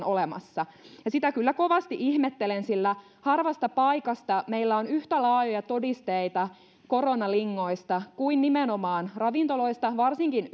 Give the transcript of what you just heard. olemassa sitä kyllä kovasti ihmettelen sillä harvasta paikasta meillä on yhtä laajoja todisteita koronalingoista kuin nimenomaan ravintoloista varsinkin